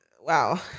wow